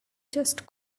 just